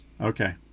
Okay